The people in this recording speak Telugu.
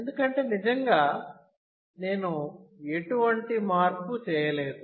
ఎందుకంటే నిజంగా నేను ఎటువంటి మార్పు చేయలేదు